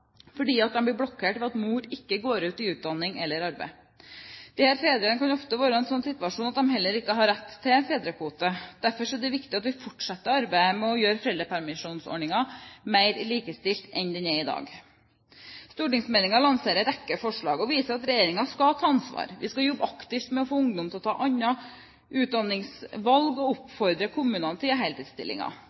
fordi de blir blokkert ved at mor ikke går ut i utdanning eller arbeid, og fedrene kan ofte være i en sånn situasjon at de heller ikke har rett til fedrekvote. Derfor er det viktig at vi fortsetter arbeidet med å gjøre foreldrepermisjonsordningen mer likestilt enn den er i dag. Stortingsmeldingen lanserer en rekke forslag og viser at regjeringen tar ansvar. Vi skal jobbe aktivt med å få ungdom til å ta andre utdanningsvalg og oppfordre kommunene til